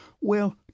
Well